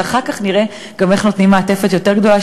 ואחר כך נראה גם איך נותנים מעטפת גדולה יותר,